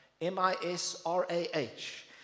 M-I-S-R-A-H